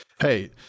Hey